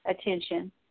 attention